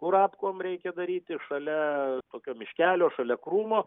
kurapkom reikia daryti šalia tokio miškelio šalia krūmo